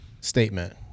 statement